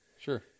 Sure